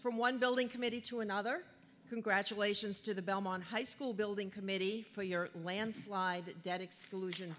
from one building committee to another congratulations to the belmont high school building committee for your landslide debt exclusion